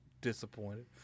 disappointed